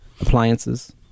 appliances